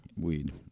weed